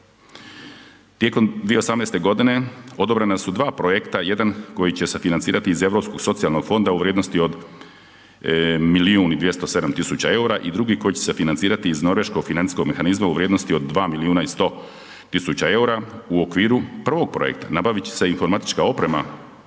Tijekom 2018. godine odobrena su 2 projekta, jedan koji će se financirati iz Europskog socijalnog fonda u vrijednosti od 1.207.000 EUR-a i drugi koji će se financirati iz Norveškog financijskom mehanizma u vrijednosti od 2.100.000 EUR-a. U okviru prvog projekta nabavit će se informatička oprema